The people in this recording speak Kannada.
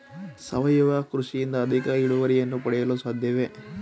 ಸಾವಯವ ಕೃಷಿಯಿಂದ ಅಧಿಕ ಇಳುವರಿಯನ್ನು ಪಡೆಯಲು ಸಾಧ್ಯವೇ?